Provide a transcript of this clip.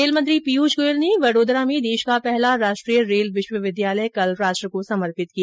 rail मंत्री पीयूष गोयल ने वडोदरा में देश का पहला राष्ट्रीय रेल विश्वविद्यालय कल राष्ट्र को समर्पित किया